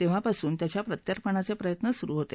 तेव्हापासून त्याच्या प्रत्यर्पणाचे प्रयत्न सुरू होते